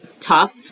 tough